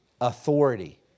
authority